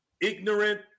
ignorant